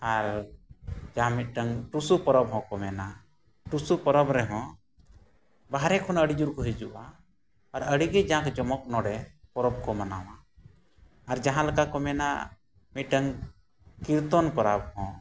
ᱟᱨ ᱡᱟᱦᱟᱸ ᱢᱤᱫᱴᱟᱝ ᱴᱩᱥᱩ ᱯᱚᱨᱚᱵᱽ ᱦᱚᱸᱠᱚ ᱢᱮᱱᱟ ᱴᱩᱥᱩ ᱯᱚᱨᱚᱵᱽ ᱨᱮᱦᱚᱸ ᱵᱟᱦᱨᱮ ᱠᱷᱚᱱ ᱟᱹᱰᱤ ᱡᱳᱨᱠᱚ ᱦᱤᱡᱩᱜᱼᱟ ᱟᱨ ᱟᱹᱰᱤᱜᱮ ᱡᱟᱸᱠᱼᱡᱚᱢᱚᱠ ᱱᱚᱸᱰᱮ ᱯᱚᱨᱚᱵᱽ ᱠᱚ ᱢᱟᱱᱟᱣᱟ ᱟᱨ ᱡᱟᱦᱟᱸᱞᱮᱠᱟ ᱠᱚ ᱢᱮᱱᱟ ᱢᱤᱫᱴᱟᱝ ᱠᱤᱨᱛᱚᱱ ᱯᱟᱨᱟᱵᱽ ᱦᱚᱸ